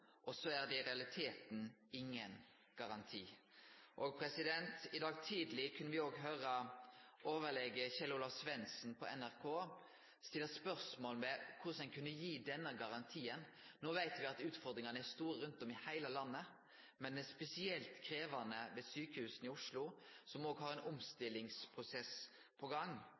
og så er det i realiteten ingen garanti.» I dag tidleg på NRK kunne me òg høre overlege Kjell-Olav Svendsen stille spørsmål ved korleis ein kunne gi denne garantien. No veit me at utfordringane er store rundt om i heile landet, men dei er spesielt krevjande ved sjukehusa i Oslo, som òg har ein omstillingsprosess på gang.